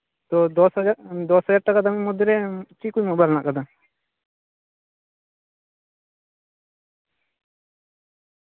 ᱛᱚ ᱫᱚᱥ ᱦᱟᱡᱟᱨ ᱴᱟᱠᱟ ᱫᱟᱢᱤ ᱢᱚᱫᱽᱫᱷᱮ ᱨᱮ ᱪᱮᱫ ᱠᱚ ᱢᱳᱵᱟᱭᱤᱞ ᱦᱮᱱᱟᱜ ᱠᱟᱫᱟ